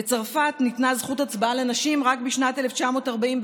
בצרפת ניתנה זכות הצבעה לנשים רק בשנת 1944,